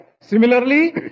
Similarly